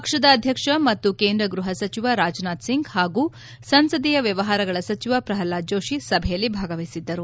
ಪಕ್ಷದ ಅಧ್ಯಕ್ಷ ಮತ್ತು ಕೇಂದ್ರ ಗೃಹ ಸಚಿವ ರಾಜನಾಥ್ಸಿಂಗ್ ಹಾಗೂ ಸಂಸದೀಯ ವ್ಲವಹಾರಗಳ ಸಚಿವ ಶ್ರಹ್ಲಾದ್ ಜೋಶಿ ಸಭೆಯಲ್ಲಿ ಭಾಗವಹಿಸಿದ್ದರು